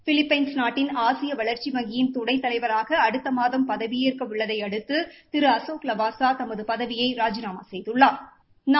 Philippines நாட்டின் ஆசிய வளர்ச்சி வங்கியிள் துணைத்தலைவராக அடுத்த மாதம் பவியேற்க உள்ளதை அடுத்து திரு அசோக் லவாசா தமது பதவியை ராஜிநாமா செய்துள்ளாா்